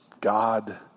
God